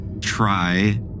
try